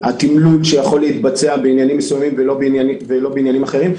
התמלול שיכול להתבצע בעניינים מסוימים ולא בעניינים אחרים.